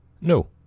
no